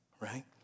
right